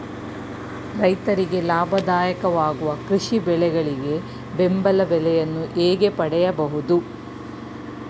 ರೈತರಿಗೆ ಲಾಭದಾಯಕ ವಾಗುವ ಕೃಷಿ ಬೆಳೆಗಳಿಗೆ ಬೆಂಬಲ ಬೆಲೆಯನ್ನು ಹೇಗೆ ಪಡೆಯಬಹುದು?